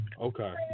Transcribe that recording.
Okay